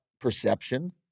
perception